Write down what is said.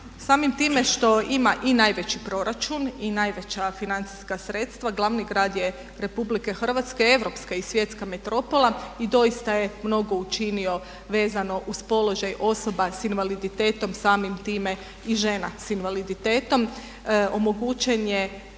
samim time što ima i najveći proračun i najveća financijska sredstva glavni grad je RH, europska i svjetska metropola i doista je mnogo učinio vezano uz položaj osoba sa invaliditetom samim time i žena sa invaliditetom. Omogućena je